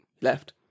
left